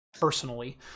personally